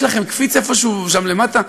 יש לכם קפיץ איפשהו שם למטה?